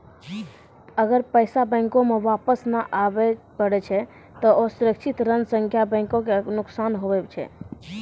अगर पैसा बैंको मे वापस नै आबे पारै छै ते असुरक्षित ऋण सं बैंको के नुकसान हुवै छै